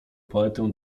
poetę